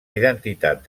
identitat